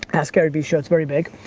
ask garyveeshow, it's very big.